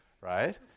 Right